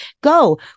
Go